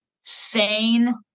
sane